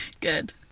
Good